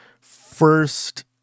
first